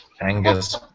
Angus